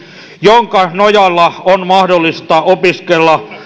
jonka nojalla on mahdollista opiskella